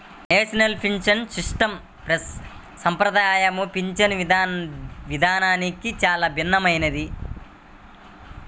national pension system సంప్రదాయ పింఛను విధానానికి చాలా భిన్నమైనది